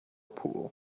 pool